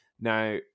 Now